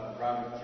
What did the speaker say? Robert